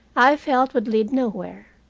i felt would lead nowhere.